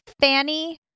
Fanny